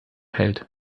hält